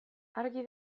argi